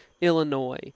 Illinois